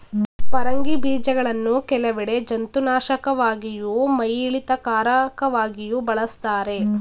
ಪರಂಗಿ ಬೀಜಗಳನ್ನು ಕೆಲವೆಡೆ ಜಂತುನಾಶಕವಾಗಿಯೂ ಮೈಯಿಳಿತಕಾರಕವಾಗಿಯೂ ಬಳಸ್ತಾರೆ